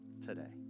today